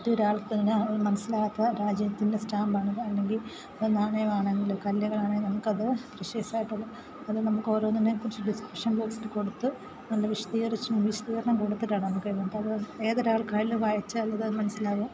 മറ്റൊരാൾക്ക് തന്നെ മനസ്സിലാവാത്ത രാജ്യത്തിന്റെ സ്റ്റാമ്പ് ആണ് അല്ലങ്കിൽ നാണയമാണെങ്കിലും കല്ലുകളാണെങ്കിലും നമുക്ക് അത് പ്രെഷ്യസായിട്ടുള്ള അത് നമുക്ക് ഓരോന്നിനെ കുറിച്ച് ഡിസ്ക്രിപ്ഷൻ ബോക്സിൽ കൊടുത്ത് നല്ല വിശദീകരിച്ച് വിശദീകരണം കൊടത്തിട്ടാണ് നമുക്ക് അതിനകത്ത് അപ്പോൾ ഏതൊരാൾക്കായലും വായിച്ചാൽ അത് അത് മനസ്സിലാവും